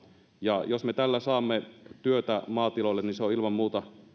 ja jos me tällä saamme työtä maatiloille niin se on ilman muuta